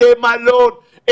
בתי מלון,